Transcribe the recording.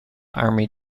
army